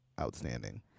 outstanding